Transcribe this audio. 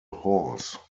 horse